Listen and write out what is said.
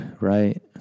right